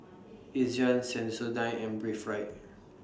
Ezion Sensodyne and Breathe Right